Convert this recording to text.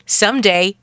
someday